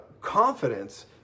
confidence